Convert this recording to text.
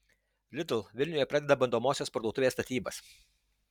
lidl vilniuje pradeda bandomosios parduotuvės statybas